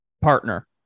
partner